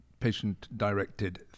patient-directed